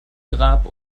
grab